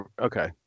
Okay